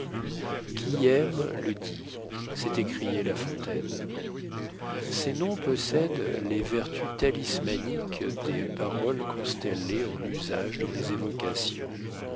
qui aime le die s'est écrié la fontaine ces noms possèdent les vertus talismaniques des paroles constellées en usage dans les évocations